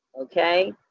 Okay